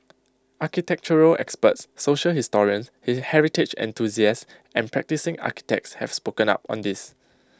architectural experts social historians heritage enthusiasts and practising architects have spoken up on this